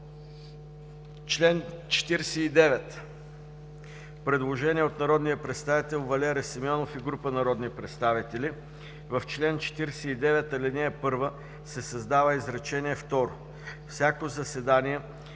чл. 49 има предложение от народния представител Валери Симеонов и група народни представители: В чл. 49, ал. 1 се създава изречение второ: „Всяко заседание,